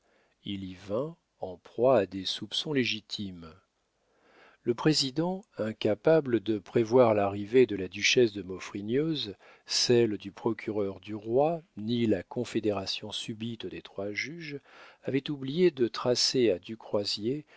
il y vint en proie à des soupçons légitimes le président incapable de prévoir l'arrivée de la duchesse de maufrigneuse celle du procureur du roi ni la confédération subite des trois juges avait oublié de tracer à du croisier